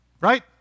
right